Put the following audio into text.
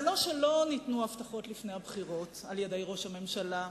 זה לא שלא ניתנו הבטחות לפני הבחירות על-ידי ראש הממשלה,